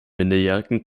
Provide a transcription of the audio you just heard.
minderjährigen